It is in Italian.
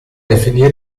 definire